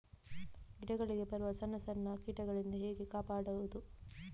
ಗಿಡಗಳಿಗೆ ಬರುವ ಸಣ್ಣ ಸಣ್ಣ ಕೀಟಗಳಿಂದ ಹೇಗೆ ಕಾಪಾಡುವುದು?